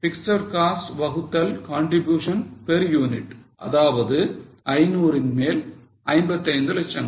fixed cost வகுத்தல் contribution per unit அதாவது 500 ன்மேல் 55 லட்சங்கள்